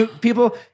people